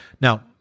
Now